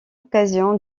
occasion